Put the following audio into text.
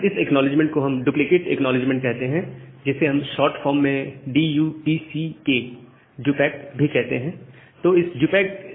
इस एक्नॉलेजमेंट को हम डुप्लीकेट एक्नॉलेजमेंट कहते हैं जिसे हम शॉर्ट फॉर्म में DUPACK भी कहते हैं